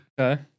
Okay